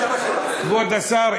כבוד השר,